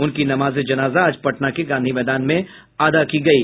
उनकी नमाज ए जनाजा आज पटना के गांधी मैदान में अदा की गयी